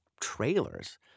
trailers